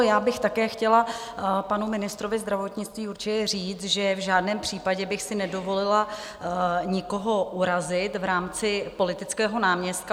Já bych také chtěla panu ministrovi zdravotnictví určitě říct, že v žádném případě bych si nedovolila nikoho urazit v rámci politického náměstka.